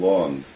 Long